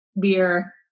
beer